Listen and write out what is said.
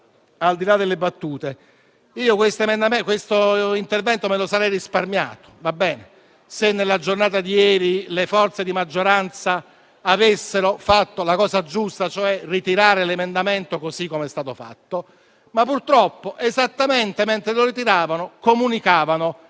al di là delle battute: questo intervento me lo sarei risparmiato, se nella giornata di ieri le forze di maggioranza avessero fatto la cosa giusta, cioè ritirare l'emendamento così com'era stato fatto; purtroppo però, nel momento esatto in cui lo ritiravano, comunicavano